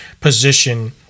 position